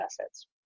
assets